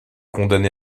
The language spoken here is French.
condamné